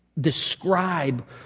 describe